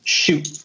shoot